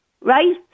Right